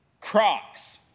Crocs